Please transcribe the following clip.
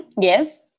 Yes